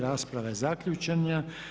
Rasprava je zaključena.